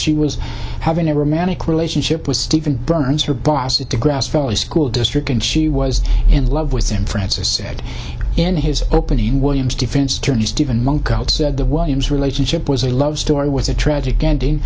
she was having a romantic relationship with stephen burns her boss at the grass valley school district and she was in love with him francis said in his opening williams defense attorney steven monk out said the worms relationship was a love story with a tragic ending